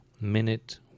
Minute